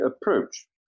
approach